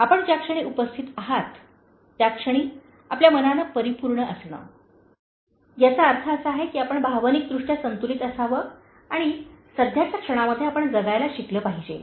आपण ज्या क्षणी उपस्थित आहात त्या क्षणी आपल्या मनाने परिपूर्ण असणे याचा अर्थ असा आहे की आपण भावनिकदृष्ट्या संतुलित असावे आणि सध्याच्या क्षणामध्ये आपण जगायला शिकले पाहिजे